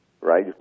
right